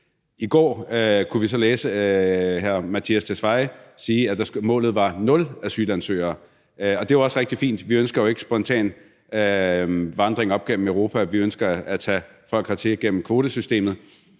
I går kunne vi så læse, at integrationsministeren siger, at målet er nul asylansøgere, og det er jo også rigtig fint. Vi ønsker jo ikke en spontan vandring op gennem Europa. Vi ønsker at tage folk hertil gennem kvotesystemet,